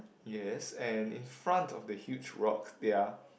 yes and in front of the huge rock there are